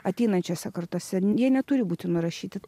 ateinančiose kartose jie neturi būti nurašyti